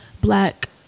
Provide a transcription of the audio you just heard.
black